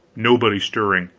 nobody stirring.